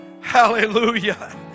hallelujah